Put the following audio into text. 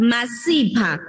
Masipa